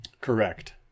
correct